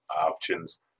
options